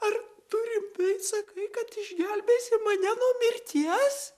ar tu rimtai sakai kad išgelbėsi mane nuo mirties